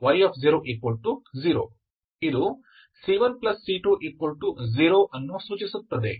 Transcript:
y00 ಇದು c1c20 ಅನ್ನು ಸೂಚಿಸುತ್ತದೆ